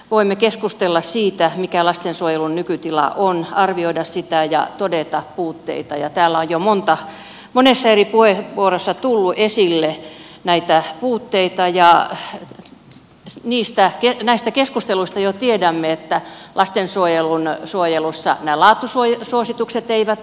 voimme keskustella siitä mikä lastensuojelun nykytila on arvioida sitä ja todeta puutteita ja täällä on jo monessa eri puheenvuorossa tullut esille näitä puutteita ja näistä keskusteluista jo tiedämme että lastensuojelussa laatusuositukset eivät toimi